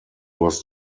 was